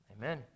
Amen